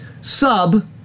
Sub